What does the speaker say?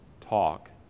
talk